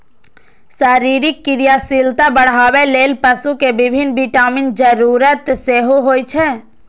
शरीरक क्रियाशीलता बढ़ाबै लेल पशु कें विभिन्न विटामिनक जरूरत सेहो होइ छै